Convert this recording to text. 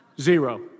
Zero